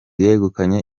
yegukanye